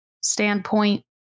standpoint